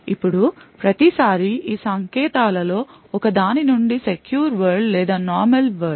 ఇప్పుడు ప్రతిసారీ ఈ సంకేతాలలో ఒక దాని నుండి సెక్యూర్ వరల్డ్ లేదా నార్మల్ వరల్డ్